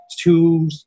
two –